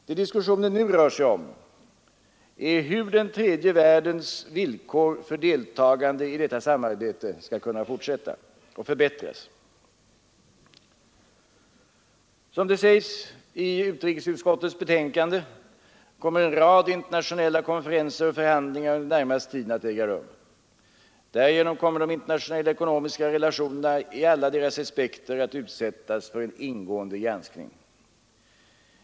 Det diskussionen nu rör sig om är hur den tredje världens villkor för deltagande i detta samarbete i fortsättningen skall kunna förbättras. Som det sägs i utskottets betänkande kommer en rad internationella konferenser och förhandlingar under den närmaste tiden att äga rum. Därigenom kommer de internationella ekonomiska relationerna i alla sina aspekter att utsättas för en ingående granskning.